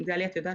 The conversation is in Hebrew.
נחזור אליך